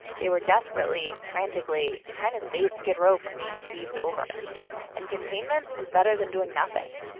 they were desperately, frantically trying to save skid row from being paved over and containment was better than doing nothing.